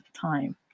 time